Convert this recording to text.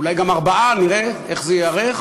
אולי גם ארבעה, נראה איך זה ייערך,